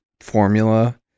formula